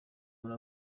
muri